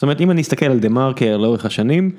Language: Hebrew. זאת אומרת, אם אני אסתכל על דה מארקר לאורך השנים...